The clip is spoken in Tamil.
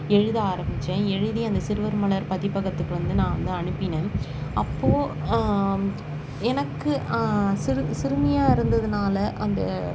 எழுத ஆரம்மிச்சேன் எழுதி அந்த சிறுவர் மலர் பதிப்பகத்துக்கு வந்து நான் வந்து அனுப்பினேன் அப்போ எனக்கு சிறு சிறுமியாக இருந்ததனால அந்த